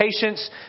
patience